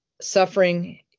suffering